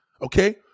Okay